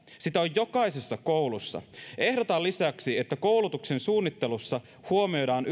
sitä on jokaisessa koulussa ehdotan lisäksi että yliopistoissa koulutuksen suunnittelussa huomioidaan